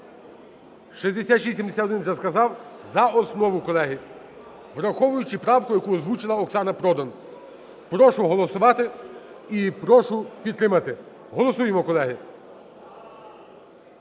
6671, я сказав. За основу, колеги. Враховуючи правку, яку озвучила Оксана Продан. Прошу голосувати і прошу підтримати. Голосуємо, колеги.